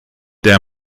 der